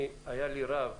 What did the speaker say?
היה לי רב,